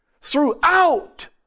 throughout